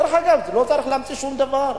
דרך אגב, לא צריך להמציא שום דבר.